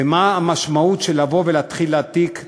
ומה המשמעות של לבוא ולהתחיל להעביר תיק תיק,